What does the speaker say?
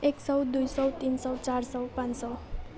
एक सौ दुई सौ तिन सौ चार सौ पाँच सौ